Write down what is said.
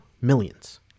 millions